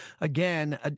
again